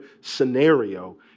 scenario